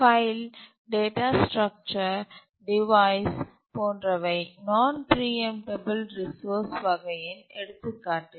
file data structure device போன்றவை நான் preemptible resource வகையின் எடுத்துக்காட்டுகள்